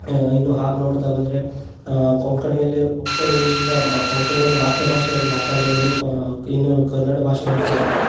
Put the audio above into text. ಇನ್ನು ಹಾಗೆ ನೋಡ್ತಾ ಬಂದರೆ ಕೊಂಕಣಿಯಲ್ಲೇ ಕೊಂಕಣಿಯಿಂದ ಮಾ ಕೊಂಕಣಿಯನ್ನು ಮಾತೃಭಾಷೆಯಾಗಿ ಮಾತಾಡೋರು ಕ ಇನ್ನು ಕನ್ನಡ ಭಾಷೆ ಅಂತ